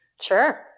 Sure